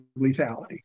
lethality